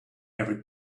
every